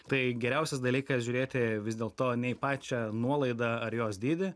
tai geriausias dalykas žiūrėti vis dėlto ne į pačią nuolaidą ar jos dydį